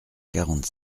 quarante